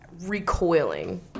recoiling